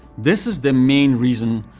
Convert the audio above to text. this is the main reason,